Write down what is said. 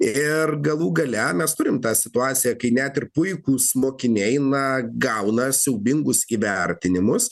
ir galų gale mes turime tą situaciją kai net ir puikūs mokiniai na gauna siaubingus įvertinimus